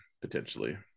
potentially